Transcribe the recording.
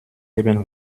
leben